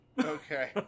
Okay